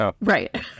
Right